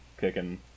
kicking